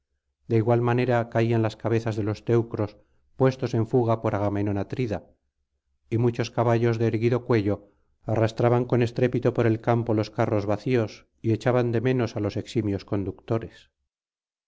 de igual manera caían las cabezas de los teucros puestos en fuga por agamenón atrida y muchos caballos de erguido cuello arrastraban con estrépito por el campo los carros vacíos y echaban de menos á los eximios conductores